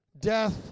death